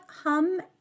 hum